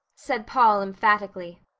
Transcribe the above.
said paul emphatically.